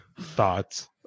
thoughts